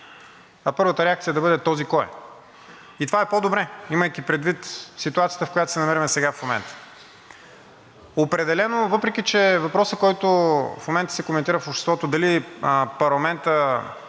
а първата реакция да бъде: „Този кой е?“ И това е по-добре, имайки предвид ситуацията, в която се намираме сега в момента. Определено, въпреки че въпросът, който в момента се коментира в обществото, дали парламентът